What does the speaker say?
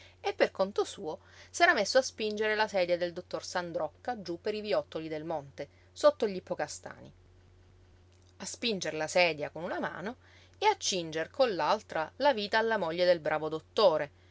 e per conto suo s'era messo a spingere la sedia del dottor sandrocca giú per i viottoli del monte sotto gl'ippocàstani a spinger la sedia con una mano e a cinger con l'altra la vita alla moglie del bravo dottore